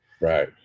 Right